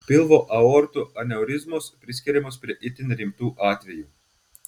pilvo aortų aneurizmos priskiriamos prie itin rimtų atvejų